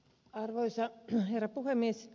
arvoisa herra puhemies